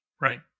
right